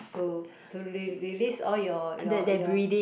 to to re~ release all your your your